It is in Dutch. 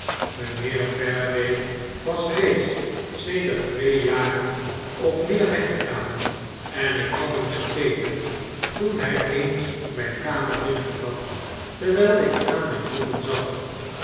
mynheer fareway was reeds sedert twee jaren of meer weggegaan en ik had hem vergeten toen hij eens mijn kamer binnentrad terwijlik aan mijn boeken zat